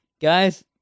Guys